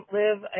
live